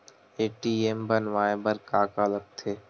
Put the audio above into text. ATM बनवाय बर का का लगथे?